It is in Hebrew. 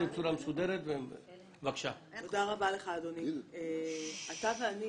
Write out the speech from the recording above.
אתה ואני